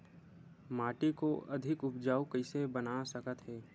माटी को अधिक उपजाऊ कइसे बना सकत हे?